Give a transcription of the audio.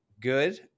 good